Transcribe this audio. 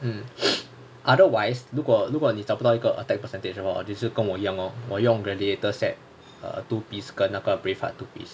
um otherwise 如果如果你找不到一个 attack percentage 的话 hor 就是跟我一样 lor 我用 gladiator's set err two piece 跟那个 brave heart two piece